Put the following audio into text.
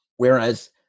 Whereas